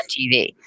TV